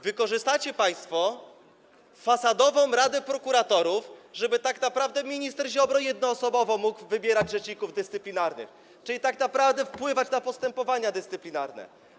Wykorzystacie państwo fasadową radę prokuratorów, żeby tak naprawdę minister Ziobro jednoosobowo mógł wybierać rzeczników dyscyplinarnych, czyli tak naprawdę wpływać na postępowania dyscyplinarne.